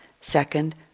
second